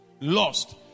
Lost